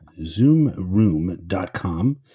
Zoomroom.com